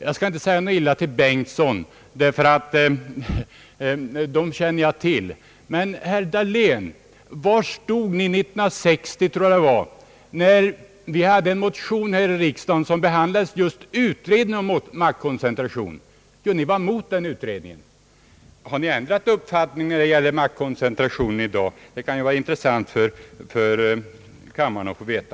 Jag skall inte säga något ont till herr Bengtson, ty hans exempel känner jag till. Men, herr Dahlén, var stod ni när vi 1960 — om jag inte minns fel — i en motion begärde utredning om maktkoncentrationen? Jo, ni var mot den utredningen. Har ni i dag ändrat uppfattning då det gäller maktkoncentrationen? Det kan ju vara intressant för kammaren att få veta.